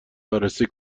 بررسی